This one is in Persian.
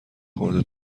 خورده